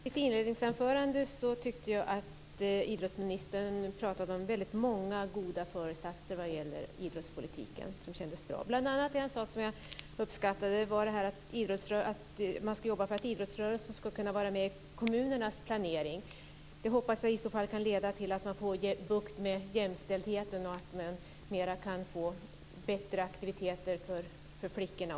Fru talman! Jag tyckte att idrottsministern i sitt inledningsanförande hade väldigt många goda föresatser i idrottspolitiken, och det kändes bra. Bl.a. uppskattade jag att man ska jobba för att idrottsrörelsen ska kunna vara med i kommunernas planering. Jag hoppas att det i så fall kan leda till att man klarar jämställdheten och kan få bättre aktiviteter också för flickorna.